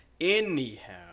Anyhow